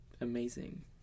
amazing